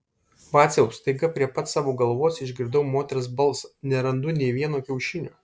vaciau staiga prie pat savo galvos išgirdau moters balsą nerandu nė vieno kiaušinio